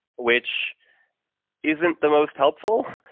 which isn't the most helpful.